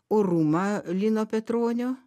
orumą lino petronio